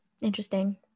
interesting